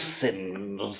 sins